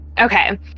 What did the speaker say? Okay